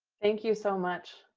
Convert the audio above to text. thank you so much.